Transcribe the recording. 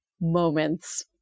moments